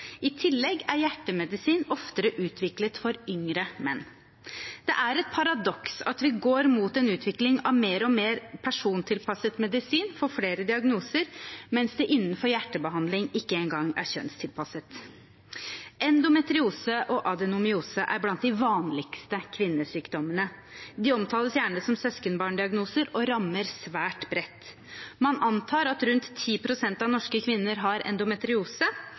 I tillegg er hjertemedisin oftere utviklet for yngre menn. Det er et paradoks at vi går mot en utvikling av mer og mer persontilpasset medisin for flere diagnoser, mens det innenfor hjertebehandling ikke engang er kjønnstilpasset. Endometriose og adenomyose er blant de vanligste kvinnesykdommene. De omtales gjerne som søskenbarndiagnoser og rammer svært bredt. Man antar at rundt 10 pst. av norske kvinner har